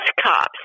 cops